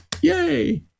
yay